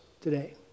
today